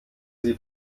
sie